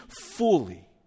fully